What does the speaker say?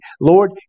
Lord